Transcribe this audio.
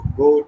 go